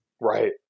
Right